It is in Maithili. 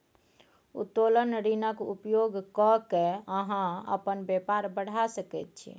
उत्तोलन ऋणक उपयोग क कए अहाँ अपन बेपार बढ़ा सकैत छी